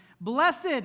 Blessed